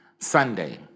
Sunday